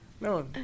No